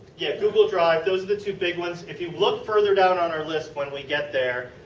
yes, google drive. those are the two big ones. if you look further down on our list when we get there,